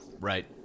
Right